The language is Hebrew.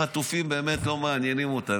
החטופים באמת לא מעניינים אותם.